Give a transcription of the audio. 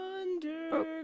underground